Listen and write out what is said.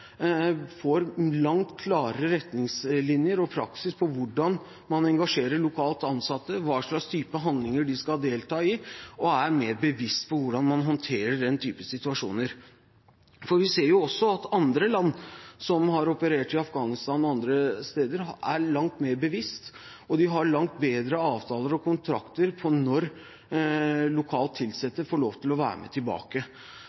får langt klarere retningslinjer og praksis for hvordan man engasjerer lokalt ansatte, hva slags type handlinger de skal delta i, og er mer bevisst på hvordan man håndterer den type situasjoner. Vi ser også at andre land som har operert i Afghanistan og andre steder, er langt mer bevisst, og de har langt bedre avtaler og kontrakter for når lokalt ansatte får lov til å være med tilbake.